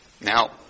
Now